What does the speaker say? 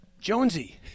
Jonesy